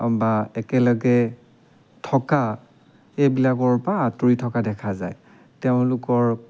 বা একেলগে থকা এইবিলাকৰ পৰা আঁতৰি থকা দেখা যায় তেওঁলোকৰ